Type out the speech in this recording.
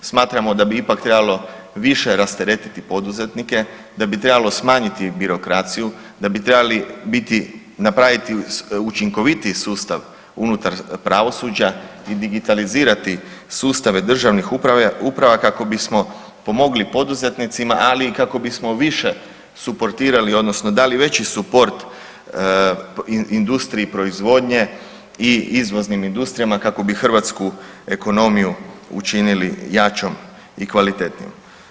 Smatramo da bi ipak trebalo više rasteretiti poduzetnike, da bi trebalo smanjiti birokraciju, da bi trebali napraviti učinkovitiji sustav unutar pravosuđa i digitalizirati sustave državnih uprava kako bismo pomogli poduzetnicima, ali i kako bismo više suportirali odnosno dali veći suport industriji proizvodnje i izvoznim industrijama kako bi hrvatsku ekonomiju učinili jačom i kvalitetnijom.